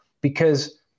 because-